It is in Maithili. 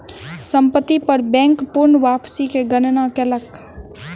संपत्ति पर बैंक पूर्ण वापसी के गणना कयलक